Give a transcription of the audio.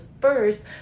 first